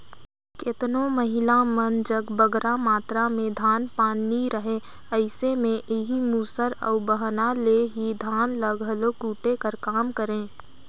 केतनो महिला मन जग बगरा मातरा में धान पान नी रहें अइसे में एही मूसर अउ बहना ले ही धान ल घलो कूटे कर काम करें